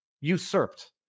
usurped